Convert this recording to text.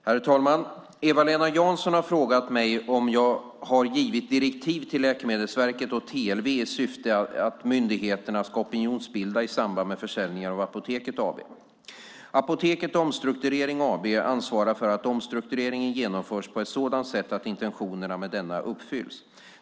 Herr talman! Eva-Lena Jansson har frågat mig om jag har givit direktiv till Läkemedelsverket och TLV i syfte att myndigheterna ska opinionsbilda i samband med försäljningen av Apoteket AB. Apoteket Omstrukturering AB ansvarar för att omstruktureringen genomförs på ett sådant sätt att intentionerna med denna uppfylls.